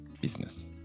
business